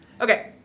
Okay